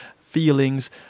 feelings